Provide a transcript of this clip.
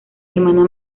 hermana